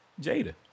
Jada